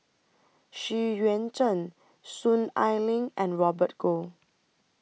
Xu Yuan Zhen Soon Ai Ling and Robert Goh